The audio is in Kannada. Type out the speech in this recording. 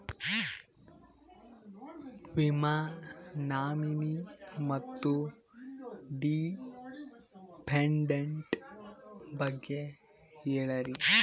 ವಿಮಾ ನಾಮಿನಿ ಮತ್ತು ಡಿಪೆಂಡಂಟ ಬಗ್ಗೆ ಹೇಳರಿ?